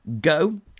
Go